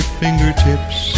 fingertips